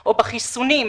בקשות.